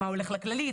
מה הולך לכללית,